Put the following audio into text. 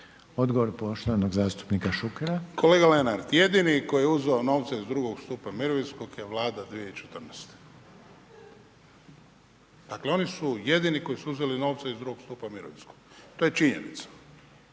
Odgovor poštovanog zastupnika Šuker. **Šuker, Ivan (HDZ)** Kolega Lenart, jedini koji je uzeo novce iz drugog stupa mirovinskog je vlada 2014. Dakle, oni su jedini koji su uzeli nove iz 2 stupa mirovinskog, to je činjenica.